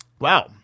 Wow